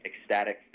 ecstatic